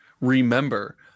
remember